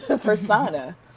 persona